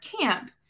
camp